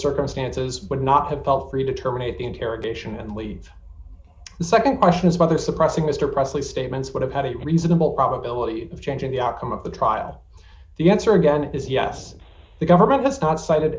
circumstances would not have felt free to terminate the interrogation and leave the nd question is whether suppressing mr pressley statements would have a reasonable probability of changing the outcome of the trial the answer again is yes the government does not cited